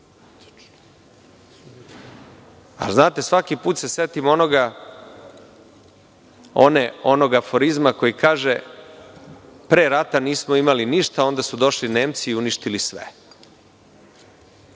znate, svaki put se setim onoga aforizma koji kaže – pre rata nismo imali ništa, onda su došli Nemci i uništili sve.